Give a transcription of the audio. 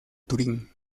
turín